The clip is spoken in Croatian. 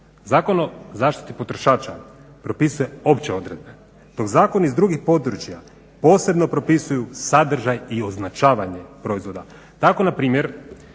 Zakon o zaštiti potrošača propisuje opće odredbe, dok zakoni iz drugih područja posebno propisuju sadržaj i označavanje proizvoda.